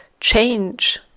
change